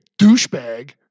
douchebag